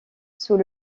sous